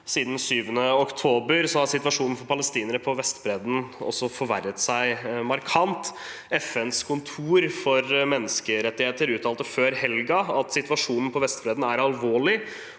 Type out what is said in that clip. Siden 7. oktober har situasjonen for palestinere på Vestbredden også forverret seg markant. FNs kontor for menneskerettigheter uttalte før helgen at situasjonen på Vestbredden er alvorlig